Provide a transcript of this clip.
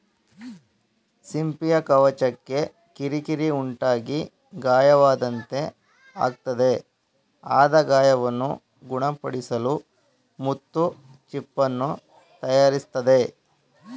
ಸಿಂಪಿಯ ಕವಚಕ್ಕೆ ಕಿರಿಕಿರಿ ಉಂಟಾಗಿ ಗಾಯವಾದಂತೆ ಆಗ್ತದೆ ಆದ ಗಾಯವನ್ನು ಗುಣಪಡಿಸಲು ಮುತ್ತು ಚಿಪ್ಪನ್ನು ತಯಾರಿಸ್ತದೆ